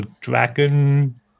dragon